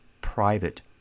private